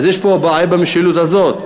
אז יש פה בעיה במשילות הזאת.